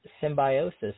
symbiosis